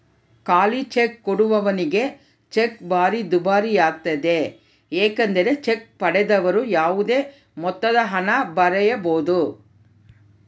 ಖಾಲಿಚೆಕ್ ಕೊಡುವವನಿಗೆ ಚೆಕ್ ಭಾರಿ ದುಬಾರಿಯಾಗ್ತತೆ ಏಕೆಂದರೆ ಚೆಕ್ ಪಡೆದವರು ಯಾವುದೇ ಮೊತ್ತದಹಣ ಬರೆಯಬೊದು